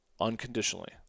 unconditionally